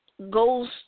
goes